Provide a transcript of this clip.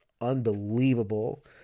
unbelievable